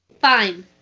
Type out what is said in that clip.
Fine